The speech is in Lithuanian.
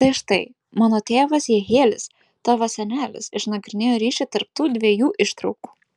tai štai mano tėvas jehielis tavo senelis išnagrinėjo ryšį tarp tų dviejų ištraukų